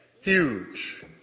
huge